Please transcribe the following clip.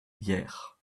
hyères